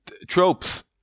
tropes